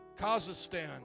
Kazakhstan